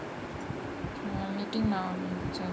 I eating now